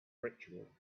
ritual